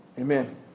Amen